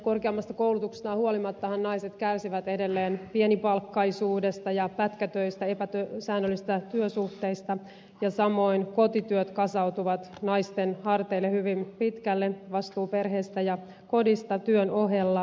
korkeammasta koulutuksestaan huolimattahan naiset kärsivät edelleen pienipalkkaisuudesta ja pätkätöistä epäsäännöllisistä työsuhteista ja samoin kotityöt kasautuvat naisten harteille hyvin pitkälle vastuu perheestä ja kodista työn ohella